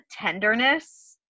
tenderness